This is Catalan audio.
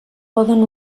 poden